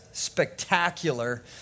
spectacular